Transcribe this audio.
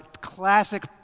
classic